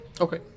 Okay